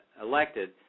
elected